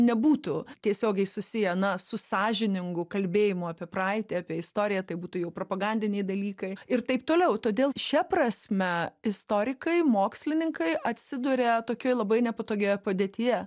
nebūtų tiesiogiai susiję na su sąžiningu kalbėjimu apie praeitį apie istoriją tai būtų jau propagandiniai dalykai ir taip toliau todėl šia prasme istorikai mokslininkai atsiduria tokioj labai nepatogioje padėtyje